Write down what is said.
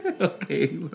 Okay